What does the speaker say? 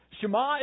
Shema